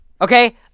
Okay